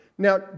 Now